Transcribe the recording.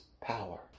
power